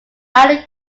are